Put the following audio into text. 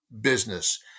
business